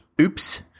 oops